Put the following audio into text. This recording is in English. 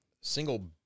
single